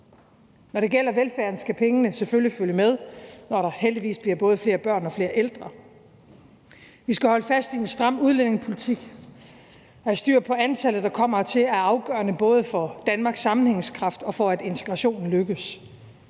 Når det gælder velfærden, skal pengene selvfølgelig følge med, når der heldigvis bliver både flere børn og flere ældre. Vi skal holde fast i en stram udlændingepolitik. At have styr på antallet af mennesker, der kommer hertil, er afgørende, både for Danmarks sammenhængskraft og for, at integrationen lykkes,